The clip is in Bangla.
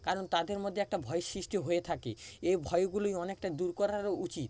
কারণ তাদের মধ্যে একটা ভয় সৃষ্টি হয়ে থাকে এই ভয়গুলি অনেকটা দূর করাও উচিত